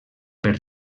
per